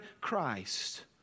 Christ